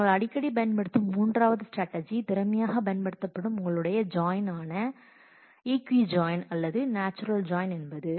நாங்கள் அடிக்கடி பயன்படுத்தும் மூன்றாவது ஸ்ட்ராட்டஜி திறமையாக பயன்படுத்தப்படும் உங்களுடைய ஜாயின் ஆன ஒரு இக்யூஜாயின் அல்லது நாச்சுரல் ஜாயின் என்பது